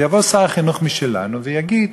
ויבוא שר חינוך משלנו ויגיד: